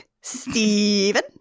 Steven